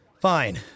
Fine